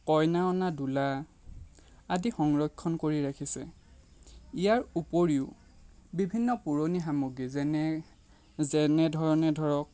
কইনা অনা দোলা আদি সংৰক্ষণ কৰি ৰাখিছে ইয়াৰ উপৰিও বিভিন্ন পুৰণি সামগ্ৰী যেনে যেনে ধৰণে ধৰক